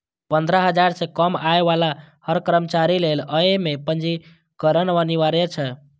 पंद्रह हजार सं कम आय बला हर कर्मचारी लेल अय मे पंजीकरण अनिवार्य छै